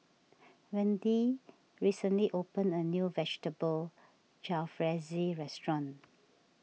Wendi recently opened a new Vegetable Jalfrezi restaurant